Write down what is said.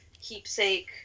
keepsake